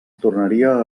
tornaria